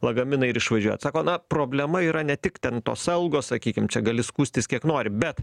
lagaminą ir išvažiuojat sako na problema yra ne tik ten tos algos sakykim čia gali skųstis kiek nori bet